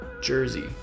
Jersey